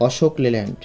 Ashok Leyland